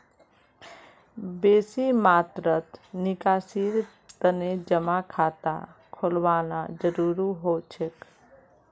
बेसी मात्रात निकासीर तने जमा खाता खोलवाना जरूरी हो छेक